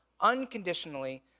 unconditionally